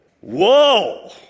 whoa